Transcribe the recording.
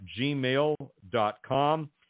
gmail.com